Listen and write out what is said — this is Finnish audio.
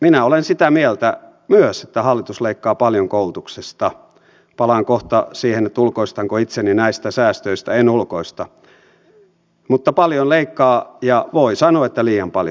minä olen sitä mieltä myös että hallitus leikkaa paljon koulutuksesta palaan kohta siihen ulkoistanko itseni näistä säästöistä en ulkoista eli paljon leikkaa ja voi sanoa että liian paljon